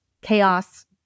chaos